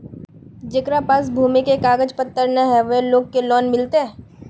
जेकरा पास भूमि का कागज पत्र न है वो लोग के लोन मिलते?